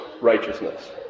righteousness